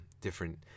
different